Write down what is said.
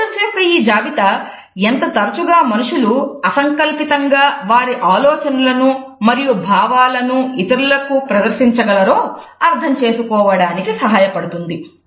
adapters యొక్క ఈ జాబితా ఎంత తరచుగా మనుషులు అసంకల్పితంగా వారి ఆలోచనలనూ మరియు భావాలను ఇతరులకు ప్రదర్శించగలరో అర్థం చేసుకోవడానికి సహాయపడుతుంది